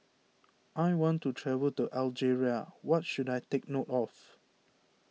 I want to travel to Algeria what should I take note of